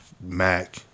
Mac